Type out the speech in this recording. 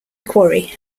quarry